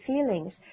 feelings